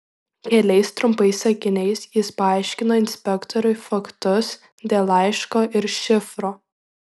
keliais trumpais sakiniais jis paaiškino inspektoriui faktus dėl laiško ir šifro